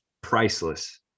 priceless